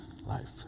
life